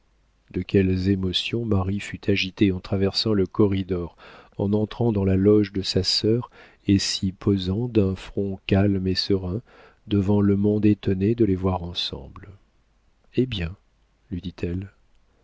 de quelles émotions marie fut agitée en traversant le corridor en entrant dans la loge de sa sœur et s'y posant d'un front calme et serein devant le monde étonné de les voir ensemble hé bien lui dit-elle